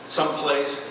someplace